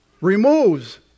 removes